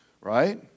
Right